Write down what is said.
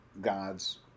God's